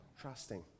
trusting